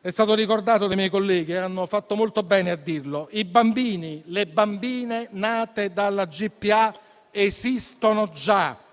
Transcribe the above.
È stato ricordato dai miei colleghi, che hanno fatto molto bene a dirlo: i bambini e le bambine nate dalla GPA esistono già